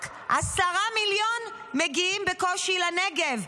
רק 10 מיליון מגיעים בקושי לנגב,